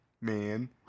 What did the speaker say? man